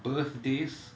birthdays